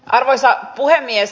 arvoisa puhemies